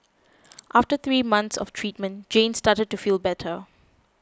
after three months of treatment Jane started to feel better